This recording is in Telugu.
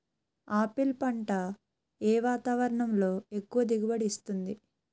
ఆపిల్ పంట ఏ వాతావరణంలో ఎక్కువ దిగుబడి ఇస్తుంది?